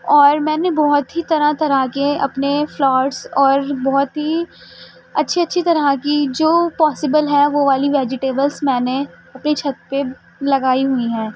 اور میں نے بہت ہی طرح طرح کے اپنے فلارس اور بہت ہی اچھی اچھی طرح کی جو پاسبل ہے وہ والی ویجیٹیبلس میں نے اپنی چھت پہ لگائی ہوئی ہیں